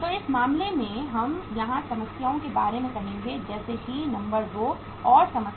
तो इस मामले में हम यहां समस्याओं के बारे में कहेंगे जैसे कि नंबर 2 और समस्या नंबर 3